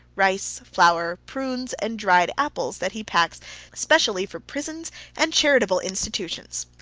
rice, flour, prunes, and dried apples that he packs specially for prisons and charitable institutions.